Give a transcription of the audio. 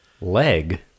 Leg